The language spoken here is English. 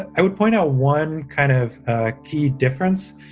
i would point out one kind of key difference,